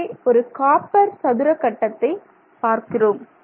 இங்கே ஒரு காப்பர் சதுர கட்டத்தை பார்க்கிறோம்